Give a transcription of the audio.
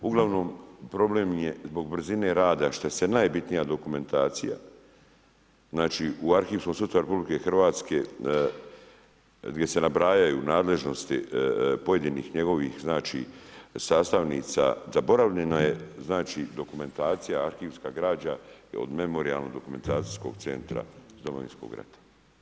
Uglavnom problem je zbog brzine rada što se najbitnija dokumentacija znači u arhivskom sustavu RH, gdje se nabrajaju nadležnosti pojedinih njegovih znači, sastavnica, zaboravljeno je znači, dokumentacija, arhivska građa od Memorijalno-dokumentacijskog centra Domovinskog rata.